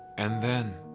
and then,